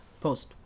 post